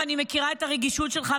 אני מכירה את הרגישות שלך,